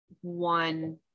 one